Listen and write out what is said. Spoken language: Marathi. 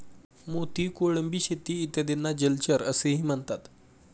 मोती, कोळंबी शेती इत्यादींना जलचर असेही म्हणतात